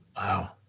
Wow